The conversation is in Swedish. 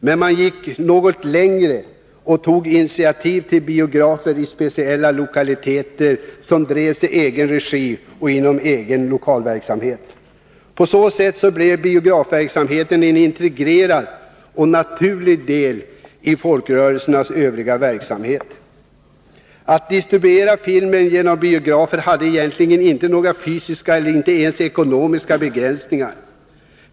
Men de gick också längre och tog initiativ till biografer i speciella lokaler som drevs i egen regi. På det här sättet blev biografverksamheten en integrerad och naturlig del i folkrörelsernas övriga verksamhet. Att distribuera film genom biografer hade egentligen inte några fysiska eller ens ekonomiska begränsningar.